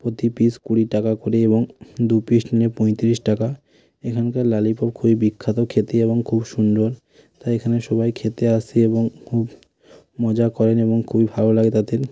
প্রতি পিস কুড়ি টাকা করে এবং দু পিস নিয়ে পঁইতিরিশ টাকা এখানকার লালিপপ খুবই বিখ্যাত খেতে এবং খুব সুন্দর তাই এখানে সবাই খেতে আসে এবং খুব মজা করেন এবং খুবই ভালো লাগে তাদের